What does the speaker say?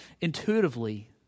intuitively